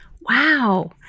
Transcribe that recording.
Wow